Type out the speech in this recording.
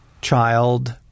child